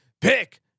Pick